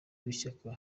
w’ishyaka